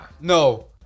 no